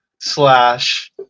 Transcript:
slash